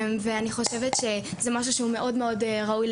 אני חושבת שזה משהו שמאוד ראוי,